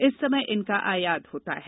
इस समय इनका आयात होता है